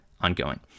ongoing